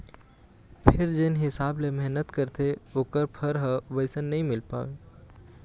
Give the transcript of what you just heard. फेर जेन हिसाब ले मेहनत करथे ओखर फर ह वइसन नइ मिल पावय